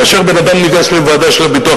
כאשר בן-אדם ניגש לוועדה של הביטוח